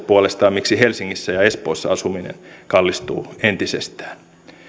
puolestaan miksi helsingissä ja espoossa asuminen kallistuu entisestään